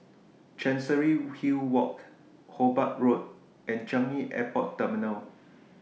Chancery Hill Walk Hobart Road and Changi Airport Terminal